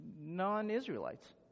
non-Israelites